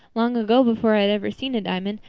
long ago, before i had ever seen a diamond,